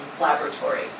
laboratory